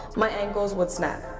my ankles would snap.